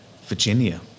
Virginia